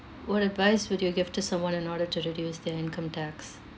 what advice would you give to someone in order to reduce their income tax